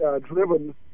driven